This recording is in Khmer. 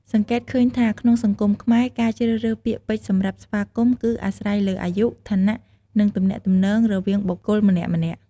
សង្កេតឃើញថាក្នុងសង្គមខ្មែរ ការជ្រើសរើសពាក្យពេចន៍សម្រាប់ស្វាគមន៍ គឺអាស្រ័យលើអាយុ ឋានៈ និងទំនាក់ទំនងរវាងបុគ្គលម្នាក់ៗ។